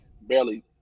barely